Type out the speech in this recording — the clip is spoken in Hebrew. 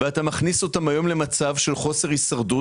ואתה מכניס אותם היום למצב של חוסר הישרדות.